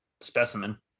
Specimen